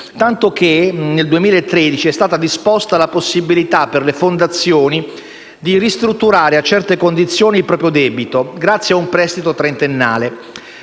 tanto che nel 2013 è stata disposta la possibilità per le fondazioni di ristrutturare, a certe condizioni, il proprio debito, grazie a un prestito trentennale.